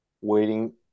waiting